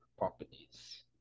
Properties